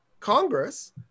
Congress